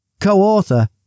co-author